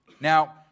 Now